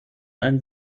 ein